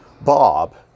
Bob